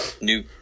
new